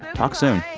talk soon